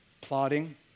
plotting